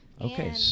Okay